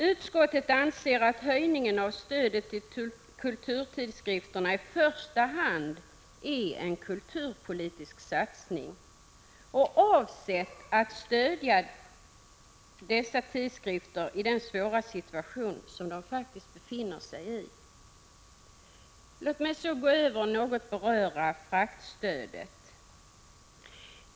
Utskottet anser att höjningen av stödet till kulturtidskrifterna i första hand är en kulturpolitisk satsning och avsett att stödja dessa tidskrifter i den svåra situation som de faktiskt befinner sig i. Låt mig nu övergå till att något beröra fraktstödet.